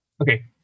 Okay